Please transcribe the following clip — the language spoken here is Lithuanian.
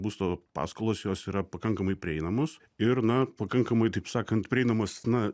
būsto paskolos jos yra pakankamai prieinamos ir na pakankamai taip sakant prieinamos na